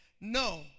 No